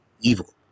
Evil